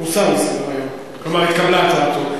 הוסר מסדר-היום, כלומר התקבלה הצעתו.